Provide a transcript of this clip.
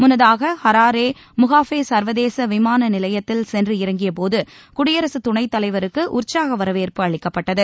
முன்னதாக Harare Mugabe சர்வதேச விமான நிலையத்தில் சென்று இறங்கியபோது குடியரசுத் துணைத் தலைவருக்கு உற்சாக வரவேற்பு அளிக்கப்பட்டது